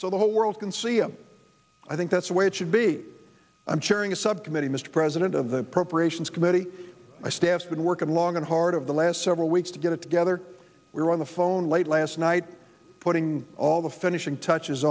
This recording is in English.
so the whole world can see a i think that's the way it should be i'm chairing a subcommittee mr president of the appropriations committee my stance been working long and hard of the last several weeks to get it together we're on the phone late last night putting all the finishing touches